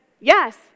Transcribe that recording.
yes